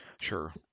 Sure